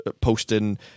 posting